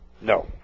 No